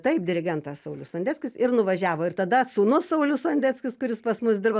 taip dirigentas saulius sondeckis ir nuvažiavo ir tada sūnus saulius sondeckis kuris pas mus dirba